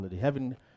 Heaven